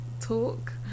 talk